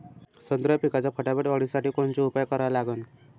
संत्रा पिकाच्या फटाफट वाढीसाठी कोनचे उपाव करा लागन?